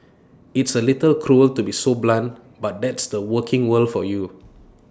it's A little cruel to be so blunt but that's the working world for you